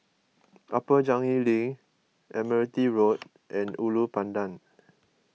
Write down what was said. Upper Changi Link Admiralty Road and Ulu Pandan